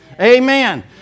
Amen